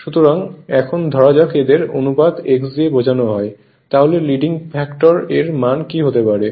সুতরাং এখন ধরা যাক এদের অনুপাত x দিয়ে বোঝানো হয় তাহলে লোডিং ফ্যাক্টর এর মান কি হতে পারে